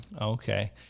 okay